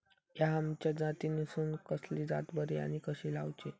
हया आम्याच्या जातीनिसून कसली जात बरी आनी कशी लाऊची?